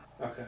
Okay